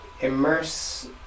immerse